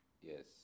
Yes